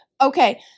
Okay